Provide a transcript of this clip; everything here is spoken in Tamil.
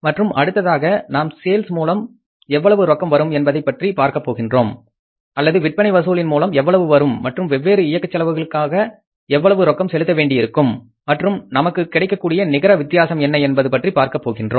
மற்றும் அடுத்ததாக நாம் சேல்ஸ் மூலம் எவ்வளவு ரொக்கம் வரும் என்பதை பற்றி பார்க்கப்போகிறோம் அல்லது விற்பனை வசூலின் மூலம் எவ்வளவு வரும் மற்றும் வெவ்வேறு இயக்கச் செலவுகளுக்காக எவ்வளவு ரொக்கம் செலுத்த வேண்டியிருக்கும் மற்றும் நமக்கு கிடைக்கக்கூடிய நிகர வித்தியாசம் என்ன என்பது பற்றிப் பார்க்கப் போகிறோம்